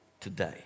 today